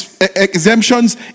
exemptions